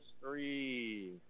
three